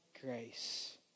grace